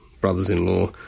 brothers-in-law